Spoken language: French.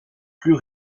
plus